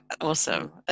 awesome